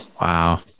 Wow